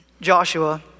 Joshua